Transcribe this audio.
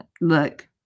Look